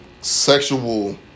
sexual